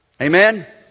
Amen